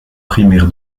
primaire